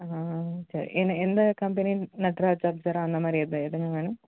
சரி என்ன எந்த கம்பெனி நட்ராஜ் அப்ஸரா அந்தமாதிரி எந்த எதுங்க வேணும்